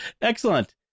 excellent